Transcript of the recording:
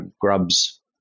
grubs